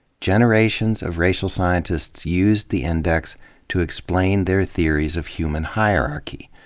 generations of racia l scientists used the index to explain their theories of human hierarchy.